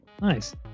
Nice